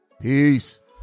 Peace